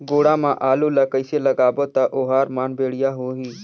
गोडा मा आलू ला कइसे लगाबो ता ओहार मान बेडिया होही?